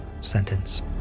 sentence